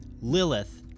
Lilith